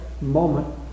moment